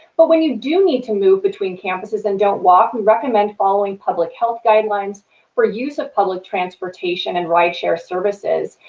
but when you do need to move between campuses, and don't walk, we recommend following public health guidelines for use of public transportation and rideshare services.